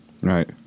Right